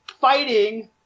fighting